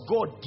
God